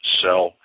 sell